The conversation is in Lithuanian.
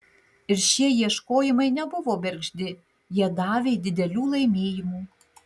ir šie ieškojimai nebuvo bergždi jie davė didelių laimėjimų